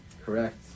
correct